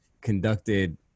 conducted